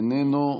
איננו.